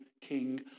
king